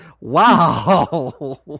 Wow